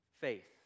faith